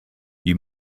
you